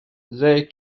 they